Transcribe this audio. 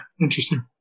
interesting